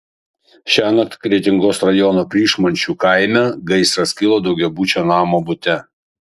šiąnakt kretingos rajono pryšmančių kaime gaisras kilo daugiabučio namo bute